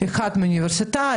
אחד מאוניברסיטה,